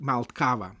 malt kavą